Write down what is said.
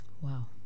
Wow